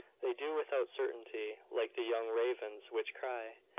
they do without certainty, like the young ravens which cry,